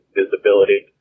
visibility